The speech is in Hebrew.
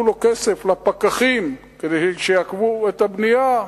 לו כסף לפקחים כדי שיעכבו את הבנייה,